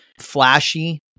flashy